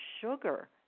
sugar